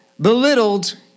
belittled